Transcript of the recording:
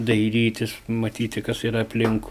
dairytis matyti kas yra aplinkui